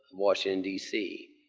washington, d c.